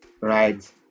right